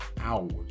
hours